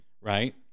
right